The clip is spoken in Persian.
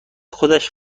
خودش